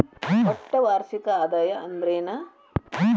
ಒಟ್ಟ ವಾರ್ಷಿಕ ಆದಾಯ ಅಂದ್ರೆನ?